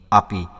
api